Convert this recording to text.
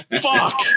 Fuck